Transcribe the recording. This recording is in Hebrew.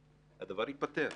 הדבר ייפתר.